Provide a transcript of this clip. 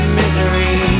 misery